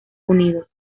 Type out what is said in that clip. unidos